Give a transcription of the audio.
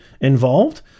Involved